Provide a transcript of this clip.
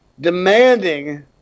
demanding